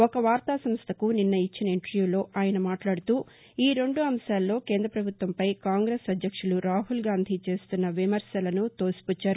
ఒక వార్తా సంస్థకు నిన్న ఇచ్చిన ఇంటర్య్యాలో ఆయన మాట్లాడుతూ ఈరెండు అంశాల్లో కేంద్ర ప్రభుత్వంపై కాంగ్రెస్ అధ్యక్షుడు రాహుల్గాంధీ చేస్తున్న విమర్శలను తోసిపుచ్చారు